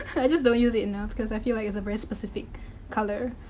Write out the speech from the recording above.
i just don't use it enough because i feel like it's a very specific color.